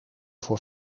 voor